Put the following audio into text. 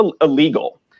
illegal